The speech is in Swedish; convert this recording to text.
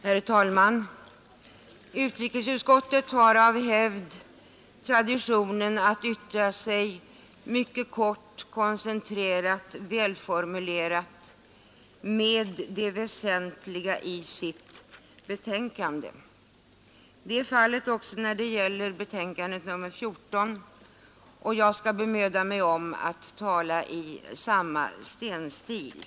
Herr talman! Utrikesutskottet har traditionen att mycket kort, koncentrerat och välformulerat uttrycka det väsentliga i sina betänkanden. Det är fallet också i betänkandet nr 14, och jag skall bemöda mig om att tala i samma stenstil.